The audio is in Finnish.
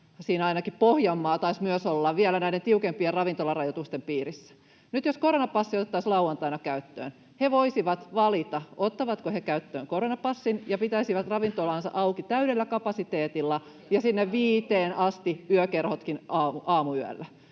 — ainakin, myös Pohjanmaa taisi olla — ovat vielä näiden tiukempien ravintolarajoitusten piirissä. Nyt jos koronapassi otettaisiin lauantaina käyttöön, he voisivat valita, ottavatko he käyttöön koronapassin ja pitäisivätkö ravintolansa auki täydellä kapasiteetilla ja sinne viiteen asti, yökerhotkin aamuyölle.